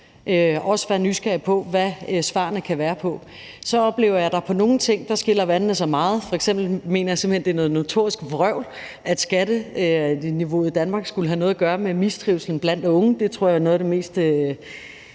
også være nysgerrige på, hvad svarene kan være. Så oplever jeg, at vedrørende nogle ting skiller vandene sig meget, f.eks. mener jeg simpelt hen, at det er noget notorisk vrøvl, at skatteniveauet i Danmark skulle have noget at gøre med mistrivslen blandt unge. Det tror jeg er noget af det mest